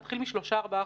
נתחיל מ-3% - 4%.